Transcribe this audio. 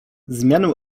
zmianę